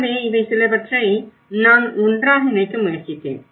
எனவே இவை சிலவற்றை நான் ஒன்றாக இணைக்க முயற்சித்தேன்